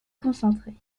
concentrés